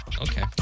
Okay